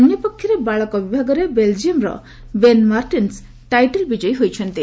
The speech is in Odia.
ଅନ୍ୟପକ୍ଷରେ ବାଳକ ବିଭାଗରେ ବେଲ୍ଜିୟମ୍ର ବେନ୍ ମାର୍ଟେନ୍ସ୍ ଟାଇଟଲ୍ ବିଜୟୀ ହୋଇଛନ୍ତି